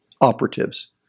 operatives